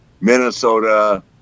Minnesota